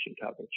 coverage